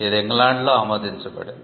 ఇది ఇంగ్లాండ్లో ఆమోదించబడింది